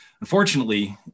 Unfortunately